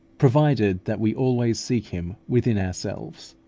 provided that we always seek him within ourselves.